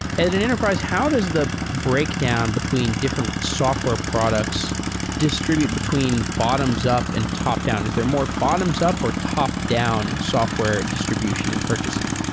at an enterprise, how does the breakdown between different software products distribute between bottoms-up and top-down? is there more bottoms-up for top-down software distribution in purchasing?